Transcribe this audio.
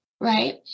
right